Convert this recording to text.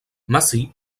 massey